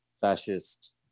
fascist